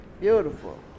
Beautiful